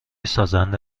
سازنده